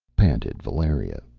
panted valeria,